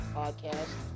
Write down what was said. podcast